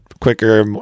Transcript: quicker